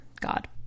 God